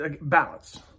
balance